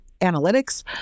analytics